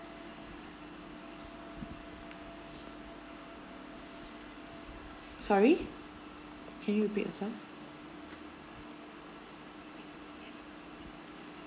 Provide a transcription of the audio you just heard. sorry can you repeat yourself